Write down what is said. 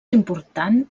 important